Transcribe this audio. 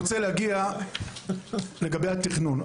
להבין, לגבי התכנון.